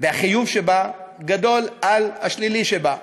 והחיוב שבה גדולים מהשלילי שבה.